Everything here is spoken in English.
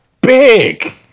big